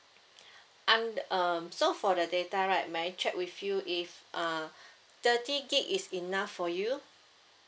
und~ um so for the data right may I check with you if uh thirty gig is enough for you